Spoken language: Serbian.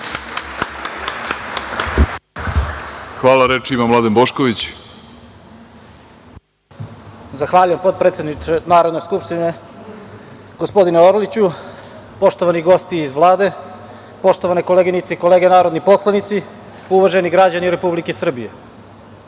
Bošković. **Mladen Bošković** Zahvaljujem potpredsedniče Narodne Skupštine, gospodine Orliću, poštovani gosti, poštovane koleginice i kolege narodni poslanici, uvaženi građani Republike Srbije,